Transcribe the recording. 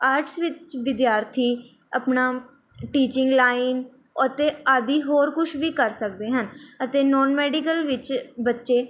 arts ਵਿੱਚ ਵਿਦਿਆਰਥੀ ਆਪਣਾ ਟੀਚਿੰਗ ਲਾਈਨ ਅਤੇ ਆਦਿ ਹੋਰ ਕੁਛ ਵੀ ਕਰ ਸਕਦੇ ਹਨ ਅਤੇ ਨੋਨ ਮੈਡੀਕਲ ਵਿੱਚ ਬੱਚੇ